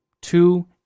two